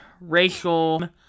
racial